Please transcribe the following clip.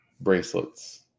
bracelets